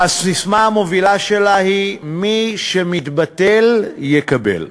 והססמה המובילה היא: מי שמתבטל, יקבל.